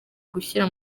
gushyira